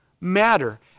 matter